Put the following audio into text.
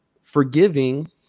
forgiving